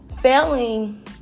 failing